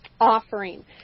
offering